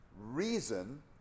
reason